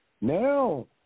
Now